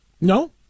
No